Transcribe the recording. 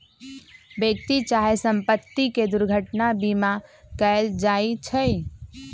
व्यक्ति चाहे संपत्ति के दुर्घटना बीमा कएल जाइ छइ